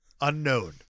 Unknown